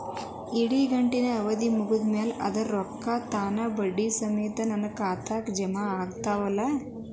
ಇಡಗಂಟಿನ್ ಅವಧಿ ಮುಗದ್ ಮ್ಯಾಲೆ ಅದರ ರೊಕ್ಕಾ ತಾನ ಬಡ್ಡಿ ಸಮೇತ ನನ್ನ ಖಾತೆದಾಗ್ ಜಮಾ ಆಗ್ತಾವ್ ಅಲಾ?